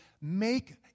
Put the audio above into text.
make